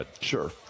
Sure